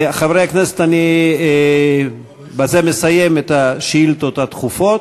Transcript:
חברי הכנסת, אני בזה מסיים את השאילתות הדחופות.